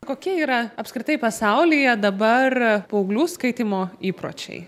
kokie yra apskritai pasaulyje dabar paauglių skaitymo įpročiai